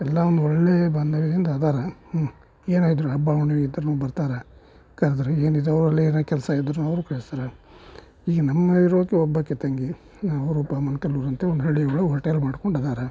ಎಲ್ಲ ಒಂದು ಒಳ್ಳೆಯ ಬಾಂಧವ್ಯದಿಂದ ಅದಾರೆ ಏನೇ ಇದ್ರೂ ಹಬ್ಬ ಹುಣ್ಣಿಮೆಯಿದ್ರುನು ಬರ್ತಾರೆ ಕರೆದ್ರೆ ಏನು ಏನು ಕೆಲ್ಸ ಇದ್ರುನು ಅವರು ಈಗ ನಮ್ಮ ಇರೋಕ್ಕೆ ಒಬ್ಬಾಕೆ ತಂಗಿ ಅವರು ಒಬ್ಬ ಅಂತ ಒಂದು ಹಳ್ಳಿ ಒಳಗೆ ಹೋಟೆಲ್ ಮಾಡ್ಕೊಂಡು ಅದಾರೆ